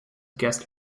guest